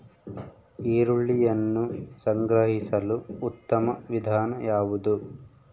ಈರುಳ್ಳಿಯನ್ನು ಸಂಗ್ರಹಿಸಲು ಉತ್ತಮ ವಿಧಾನ ಯಾವುದು?